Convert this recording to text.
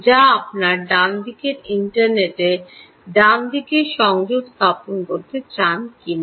যা আপনি ইন্টারনেটে সংযোগ স্থাপন করতে চান কিনা